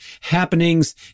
happenings